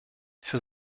für